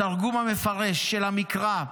התרגום המפרש של המקרא,